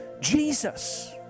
Jesus